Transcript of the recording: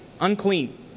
unclean